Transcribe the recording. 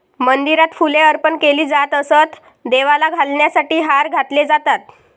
मंदिरात फुले अर्पण केली जात असत, देवाला घालण्यासाठी हार घातले जातात